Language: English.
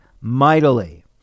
mightily